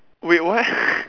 wait what